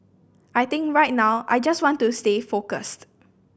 I think right now I just want to stay focused